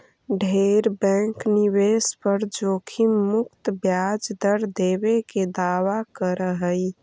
ढेर बैंक निवेश पर जोखिम मुक्त ब्याज दर देबे के दावा कर हई